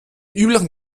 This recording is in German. üblichen